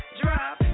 drop